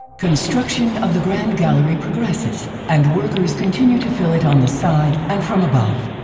construction of the grand gallery progresses, and workers continue to fill it on the side and from above.